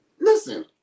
Listen